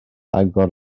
agor